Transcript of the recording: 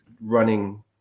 running